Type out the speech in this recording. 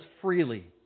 freely